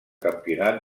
campionat